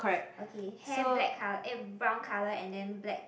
okay hair black col~ eh brown colour and then black